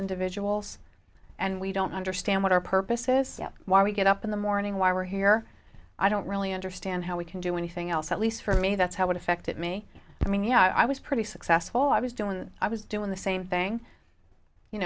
individuals and we don't understand what our purpose is why we get up in the morning why we're here i don't really understand how we can do anything else at least for me that's how it affected me i mean you know i was pretty successful i was doing i was doing the same thing you